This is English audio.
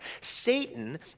Satan